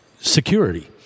security